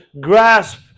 grasp